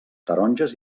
taronges